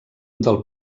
del